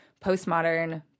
postmodern